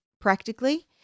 practically